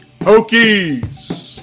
Hokies